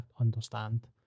understand